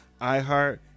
iHeart